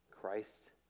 Christ